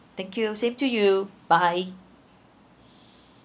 thank you same to you bye